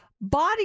Body